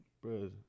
Bro